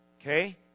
Okay